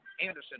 Anderson